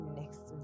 next